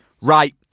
right